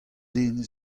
den